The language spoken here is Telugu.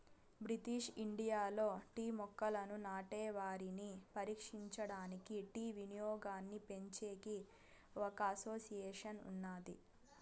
బ్రిటిష్ ఇండియాలో టీ మొక్కలను నాటే వారిని పరిరక్షించడానికి, టీ వినియోగాన్నిపెంచేకి ఒక అసోసియేషన్ ఉన్నాది